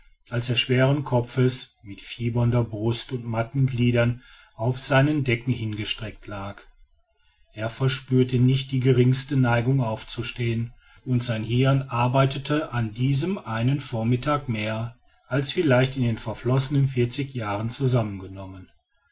als er schweren kopfes mit fiebernder brust und matten gliedern auf seinen decken hingestreckt lag er verspürte nicht die geringste neigung aufzustehen und sein hirn arbeitete an diesem einen vormittag mehr als vielleicht in den verflossenen vierzig jahren zusammengenommen